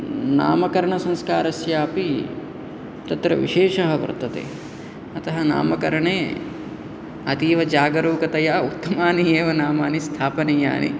नामकरणसंस्कारस्यापि तत्र विशेषः वर्तते अतः नामकरणे अतीव जागरूकतया उत्तमानि एव नामानि स्थापनीयानि